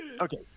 Okay